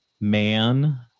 man